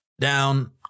down